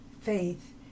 faith